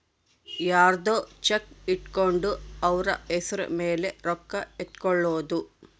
ಯರ್ದೊ ಚೆಕ್ ಇಟ್ಕೊಂಡು ಅವ್ರ ಹೆಸ್ರ್ ಮೇಲೆ ರೊಕ್ಕ ಎತ್ಕೊಳೋದು